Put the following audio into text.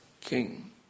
king